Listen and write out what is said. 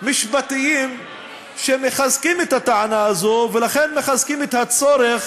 משפטיים שמחזקים את הטענה הזאת ומחזקים את הצורך